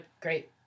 Great